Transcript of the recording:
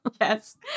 Yes